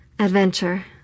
Adventure